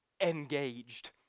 engaged